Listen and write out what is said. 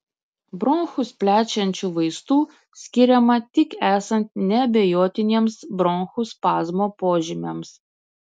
bronchus plečiančių vaistų skiriama tik esant neabejotiniems bronchų spazmo požymiams